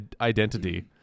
identity